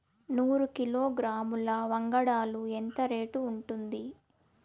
నూరు కిలోగ్రాముల వంగడాలు ఎంత రేటు ఉంటుంది?